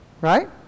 Right